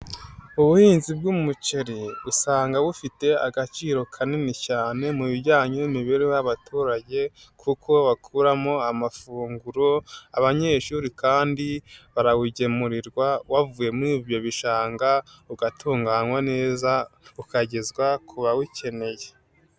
Ubuhinzi bw'umuceri usanga bufite agaciro kanini cyane mu bijyanye n'imibereho y'abaturage kuko bakuramo amafunguro, abanyeshuri kandi barawugemurirwa wavuye muri ibyo bishanga, ugatunganywa neza, ukagezwa ku bawukeneye.